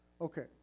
Okay